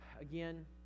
Again